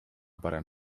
parem